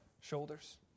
shoulders